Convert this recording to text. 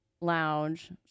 lounge